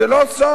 זה לא סוד.